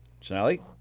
Sally